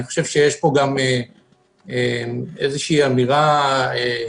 אני חושב שיש פה גם איזו אמירה בכלל,